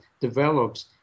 develops